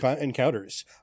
encounters